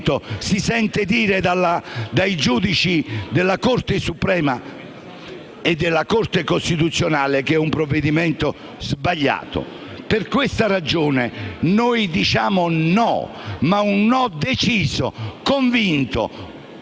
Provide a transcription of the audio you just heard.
una volta, dai giudici della Corte suprema di cassazione e della Corte costituzionale che è un provvedimento sbagliato. Per questa ragione, noi diciamo no, un no deciso e convinto.